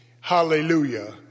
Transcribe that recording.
Hallelujah